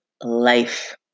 life